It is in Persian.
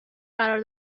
قرار